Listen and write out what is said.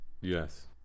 yes